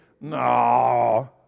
No